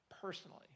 personally